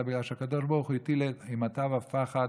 אלא בגלל שהקדוש ברוך הוא הטיל אימתו ופחד